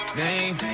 name